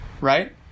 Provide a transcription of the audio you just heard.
right